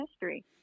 history